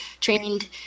trained